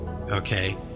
okay